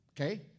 Okay